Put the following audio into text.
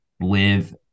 live